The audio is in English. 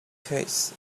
case